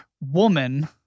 woman